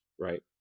right